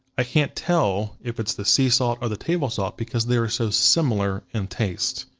i can't tell if it's the sea salt or the table salt because they're so similar in taste.